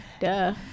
duh